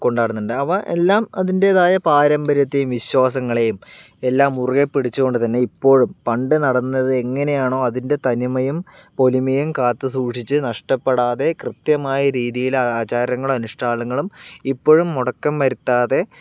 കൊണ്ടാടുന്നുണ്ട് അവ എല്ലാം അതിൻറ്റേതായ പാരമ്പര്യത്തെയും വിശ്വാസങ്ങളെയും എല്ലാം മുറുകെ പിടിച്ച് കൊണ്ട് തന്നെ ഇപ്പോഴും പണ്ട് നടന്നത് എങ്ങനെയാണോ അതിൻ്റെ തനിമയും പൊലിമയും കാത്ത് സൂക്ഷിച്ച് നഷ്ടപ്പെടാതെ കൃത്യമായ രീതിയിൽ ആചാരങ്ങളും അനുഷ്ഠാനങ്ങളും ഇപ്പോഴും മുടക്കം വരുത്താതെ